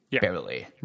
Barely